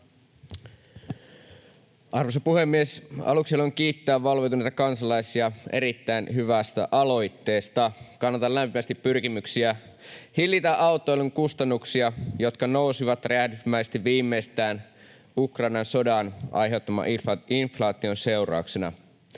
Arvoisa puhemies! Aluksi haluan kiittää valveutuneita kansalaisia erittäin hyvästä aloitteesta. Kannatan lämpimästi pyrkimyksiä hillitä autoilun kustannuksia, jotka nousivat räjähdysmäisesti viimeistään Ukrainan sodan aiheuttaman inflaation seurauksena.